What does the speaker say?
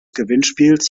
gewinnspiels